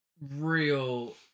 real